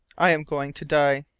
i am going to die.